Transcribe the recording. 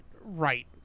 right